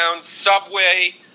subway